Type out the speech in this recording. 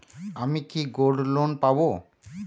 আমি কি gold loan পাবো?